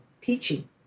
peachy